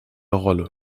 rolle